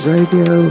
Radio